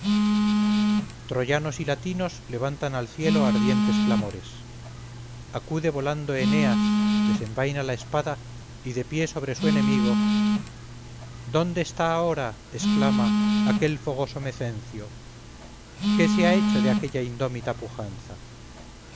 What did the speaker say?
troyanos y latinos levantan al cielo ardientes clamores acude volando eneas desenvaina la espada y de pie sobre su enemigo dónde está ahora exclama aquel fogoso mecencio qué se ha hecho de aquella indómita pujanza